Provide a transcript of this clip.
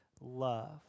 love